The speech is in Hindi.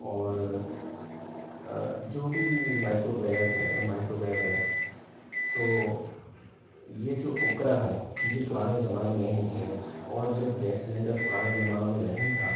और जो भी माइक्रोवेव है माइक्रोवेव है तो ये जो उपकरण है ये पुराने जमाने में नहीं थे और जब गैस सिलेंडर पुराने जमाने में नहीं था